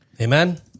Amen